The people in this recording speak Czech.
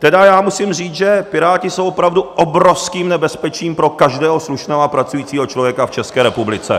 Tedy já musím říct, že Piráti jsou opravdu obrovským nebezpečím pro každého slušného a pracujícího člověka v České republice.